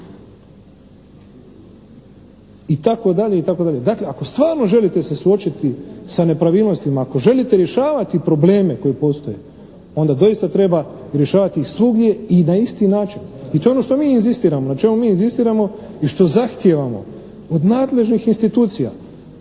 I tako dalje i tako dalje. Dakle ako stvarno želite se suočiti sa nepravilnostima, ako želite rješavati probleme koji postoje onda doista treba rješavati ih svugdje i na isti način. I to je ono što mi inzistiramo, na čemu mi inzistiramo i što zahtijevamo od nadležnih institucija.